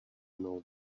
know